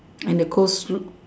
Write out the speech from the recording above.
and the colesl~